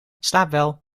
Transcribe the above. slaapwel